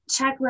checklist